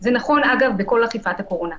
זה נכון אגב בכל אכיפת הקורונה.